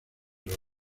los